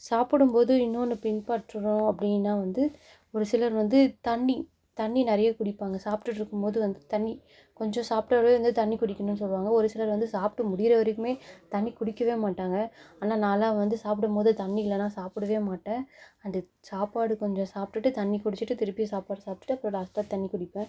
சாப்பிடும் போது இன்னொன்று பின்பற்றணும் அப்படின்னா வந்து ஒரு சிலர் வந்து தண்ணி தண்ணி நிறைய குடிப்பாங்க சாப்பிட்டுட்டு இருக்கும்போது வந்து தண்ணி கொஞ்சம் சாப்பிட்டாவே வந்து தண்ணி குடிக்கணும்ன்னு சொல்லுவாங்க ஒரு சிலர் வந்து சாப்பிட்டு முடிகிற வரைக்குமே தண்ணி குடிக்கவே மாட்டாங்க ஆனால் நான் எல்லாம் வந்து சாப்பிடும்போது தண்ணி இல்லைனா சாப்பிடவே மாட்டேன் அந்த சாப்பாடு கொஞ்சம் சாப்பிட்டுட்டு தண்ணி குடிச்சுட்டு திருப்பியும் சாப்பாடு சாப்பிட்டுட்டு அப்புறம் லாஸ்ட்டாக தண்ணி குடிப்பேன்